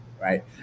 right